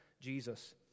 Jesus